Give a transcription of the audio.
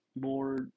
more